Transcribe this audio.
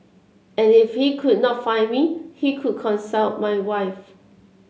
and if he could not find me he could consult my wife